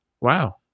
Wow